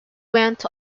went